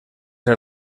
era